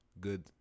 good